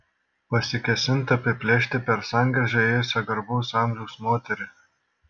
pasikėsinta apiplėšti per sankryžą ėjusią garbaus amžiaus moterį